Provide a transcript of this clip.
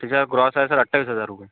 ती sir gross आहे sir अठ्ठावीस हजार रुपये